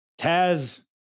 Taz